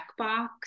checkbox